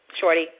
Shorty